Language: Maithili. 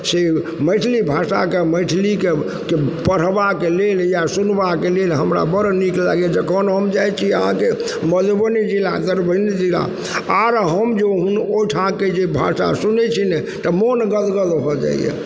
से मैथिली भाषाके मैथिलीके पढ़बाके लेल या सुनबाके लेल हमरा बड़ नीक लागइए जखन हम जाइ छी अहाँके मधुबनी जिला दरभंगा जिला आओर हम जे हुन ओइ ठाँके जे भाषा सुनय छी ने तऽ मोन गदगद भऽ जाइए